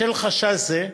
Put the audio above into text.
בשל חשש זה,